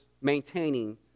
maintaining